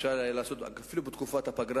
אפשר היה לקיים אפילו בתקופת הפגרה